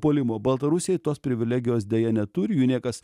puolimo baltarusiai tos privilegijos deja neturi jų niekas